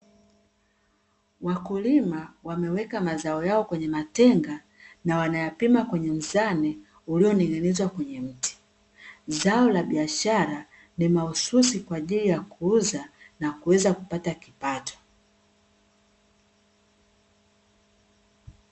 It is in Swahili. Wakulima wameweka mazao yao kwenye matenga na wanayapima kwenye mzani ulioning'inizwa kwenye mti. Zao la biashara ni mahususi kwa ajili ya kuuza na kuweza kupata kipato.